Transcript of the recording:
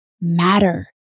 matter